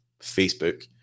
Facebook